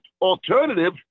alternative